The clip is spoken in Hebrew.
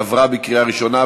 עברה בקריאה ראשונה,